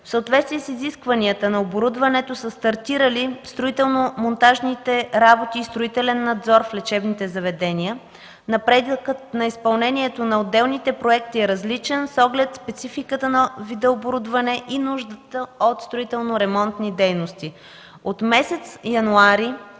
В съответствие с изискванията на оборудването са стартирали строително-монтажните работи и строителен надзор в лечебните заведения. Напредъкът на изпълнението на отделните проекти е различен с оглед спецификата на вида оборудване и нуждата от строително-ремонтни дейности. От месец януари